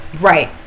Right